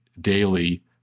daily